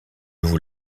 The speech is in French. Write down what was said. vous